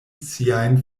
siajn